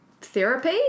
therapy